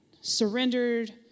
surrendered